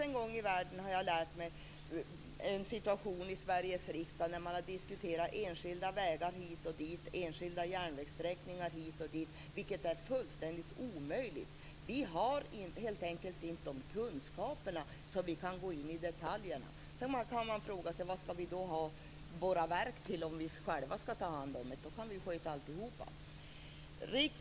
En gång i tiden diskuterade man i Sveriges riksdag, har jag lärt mig, enskilda vägar hit och dit och enskilda järnvägssträckningar hit och dit, vilket är fullständigt omöjligt. Vi har helt enkelt inte tillräckliga kunskaper för att kunna gå in i detaljerna. Sedan kan man fråga sig vad vi skall ha våra verk till om vi själva skall ta hand om frågorna. I så fall kan vi sköta alltihop.